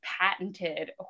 patented